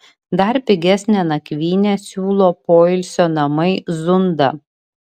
dar pigesnę nakvynę siūlo poilsio namai zunda